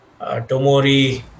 Tomori